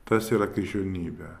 tas yra krikščionybė